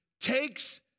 takes